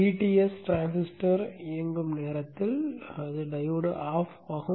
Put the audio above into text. dTs transistor இயக்கும் நேரத்தில் diode off ஆகும்